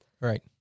Right